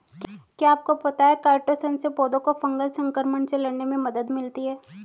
क्या आपको पता है काइटोसन से पौधों को फंगल संक्रमण से लड़ने में मदद मिलती है?